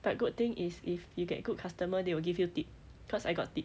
but good thing is if you get good customer they will give you tip cause I got tip